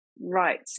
right